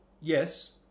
yes